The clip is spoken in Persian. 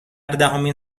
دهمین